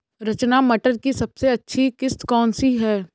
रचना मटर की सबसे अच्छी किश्त कौन सी है?